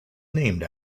named